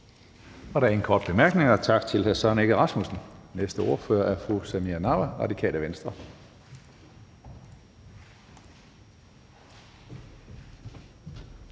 Der er ingen korte bemærkninger. Tak til hr. Søren Egge Rasmussen. Næste ordfører er fru Samira Nawa, Radikale Venstre.